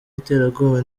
iterabwoba